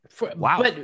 wow